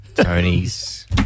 Tony's